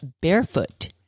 Barefoot